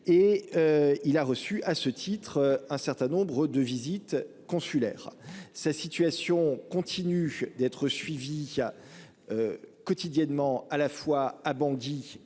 Il a reçu, à ce titre, un certain nombre de visites consulaires. Sa situation continue d'être suivie quotidiennement à la fois à Bangui